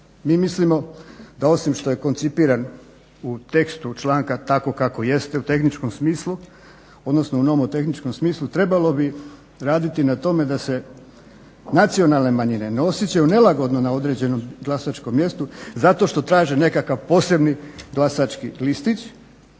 Mi mislimo da osim što je koncipiran u tekstu članka tako kako jeste u tehničkom smislu, odnosno onom tehničkom smislu trebalo bi raditi tome da se nacionalne manjine ne osjećaju nelagodno na određenom glasačkom mjestu zato što traže nekakav poseban glasački listić,